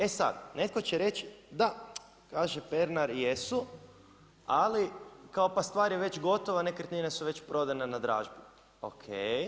E sad, netko će reći, da kaže Pernar jesu, ali kao pa stvar je već gotova, nekretnine su već prodane na dražbi.